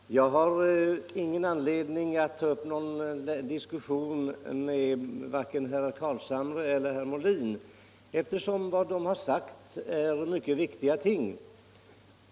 Herr talman! Jag har ingen anledning att ta upp någon längre diskussion med vare sig herr Carlshamre eller herr Molin. Vad de har sagt är mycket viktiga ting.